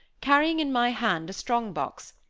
carrying in my hand a strong box,